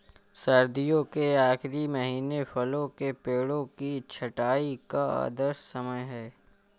सर्दियों के आखिरी महीने फलों के पेड़ों की छंटाई का आदर्श समय है